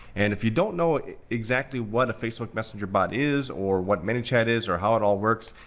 and if you don't know exactly what a facebook messenger bot is, or what manychat is, or how it all works,